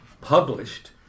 published